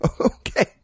Okay